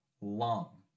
long